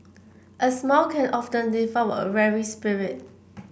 a smile can often lift up a weary spirit